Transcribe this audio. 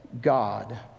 God